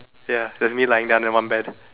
ya just me lying down on my own bed